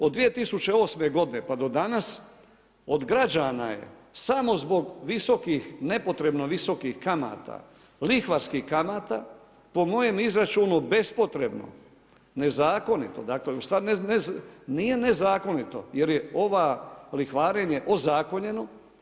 Od 2008. godine pa do danas, od građana je samo zbog visokih nepotrebno visokih kamata, lihvarskih kamata po mojem izračunu bespotrebno nezakonito, dakle nije nezakonito jer je ovo lihvarenje ozakonjeno.